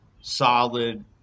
solid